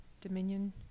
dominion